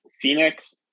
Phoenix